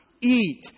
eat